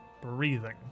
breathing